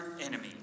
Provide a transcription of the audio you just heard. enemy